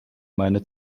meine